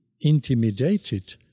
intimidated